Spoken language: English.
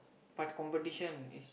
but competition is